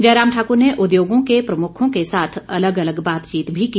जयराम ठाकुर ने उद्योगों के प्रमुखों के साथ अलग अलग बातचीत भी की